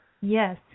yes